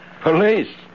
Police